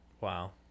Wow